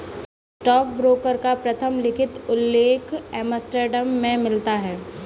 stockbroker का प्रथम लिखित उल्लेख एम्स्टर्डम में मिलता है